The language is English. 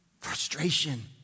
frustration